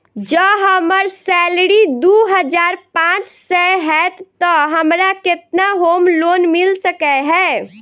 जँ हम्मर सैलरी दु हजार पांच सै हएत तऽ हमरा केतना होम लोन मिल सकै है?